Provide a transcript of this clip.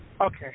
Okay